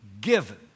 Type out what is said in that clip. given